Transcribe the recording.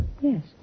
Yes